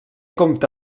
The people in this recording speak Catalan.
compta